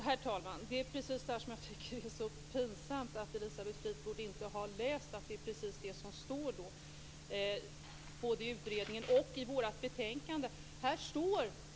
Herr talman! Det är just det här som jag tycker är så pinsamt, att Elisabeth Fleetwood inte har läst att det är precis detta som står både i utredningen och i betänkandet.